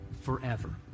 forever